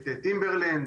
"טימברלנד",